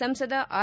ಸಂಸದ ಆರ್